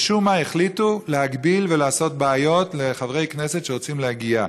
משום מה החליטו להגביל ולעשות בעיות לחברי כנסת שרוצים להגיע,